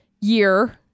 year